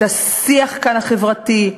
את השיח החברתי?